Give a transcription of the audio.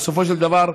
בסופו של דבר,